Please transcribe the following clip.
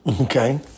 Okay